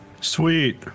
Sweet